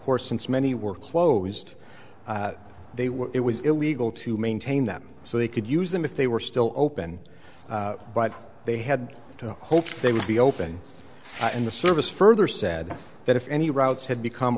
course since many were closed they were it was illegal to maintain them so they could use them if they were still open but they had to hope for they would be open and the service further said that if any routes had become